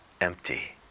empty